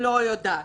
לא יודעת.